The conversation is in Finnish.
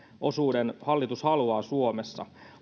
osuuden hallitus haluaa suomessa